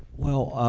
well,